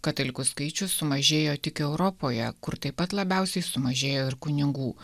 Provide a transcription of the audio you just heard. katalikų skaičius sumažėjo tik europoje kur taip pat labiausiai sumažėjo ir kunigų